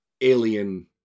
alien